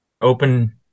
open